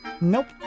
Nope